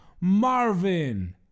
Marvin